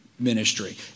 ministry